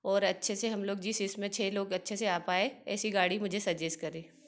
और अच्छे से हम लोग जिस इसमें छः लोग अच्छे से आ पाएँ ऐसी गाड़ी मुझे सजेस्ट करें